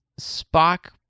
spock